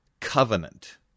covenant